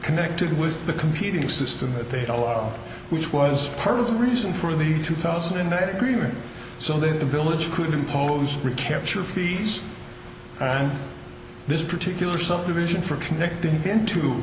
connected with the competing system that they'd allow which was part of the reason for the two thousand and eight agreement so that the village could impose recapture fees on this particular subdivision for connected into